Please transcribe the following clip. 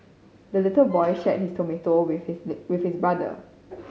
the little boy shared his tomato with his with his brother